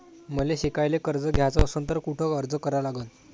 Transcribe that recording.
मले शिकायले कर्ज घ्याच असन तर कुठ अर्ज करा लागन?